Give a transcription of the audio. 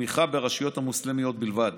לתמיכה ברשויות המוסלמיות בלבד.